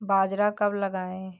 बाजरा कब लगाएँ?